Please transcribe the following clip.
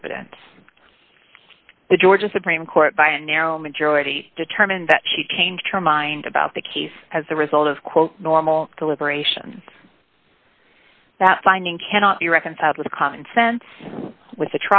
the evidence the georgia supreme court by a narrow majority determined that she changed her mind about the case as a result of quote normal deliberation that finding cannot be reconciled with common sense with the